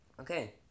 Okay